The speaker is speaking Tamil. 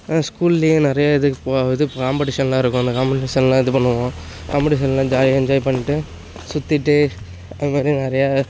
ஸ்கூல்லேயே நிறைய இதுக்கு போ இதுக்கு காம்படிஷன்லாம் இருக்கும் அந்த காம்படிஷன்லாம் இது பண்ணுவோம் காம்படிஷன்லாம் ஜாலியாக என்ஜாய் பண்ணிகிட்டு சுற்றிட்டு அது மாதிரி நிறையா